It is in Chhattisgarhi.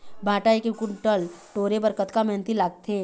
भांटा एक कुन्टल टोरे बर कतका मेहनती लागथे?